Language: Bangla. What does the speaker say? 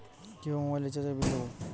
কিভাবে মোবাইল রিচার্যএর বিল দেবো?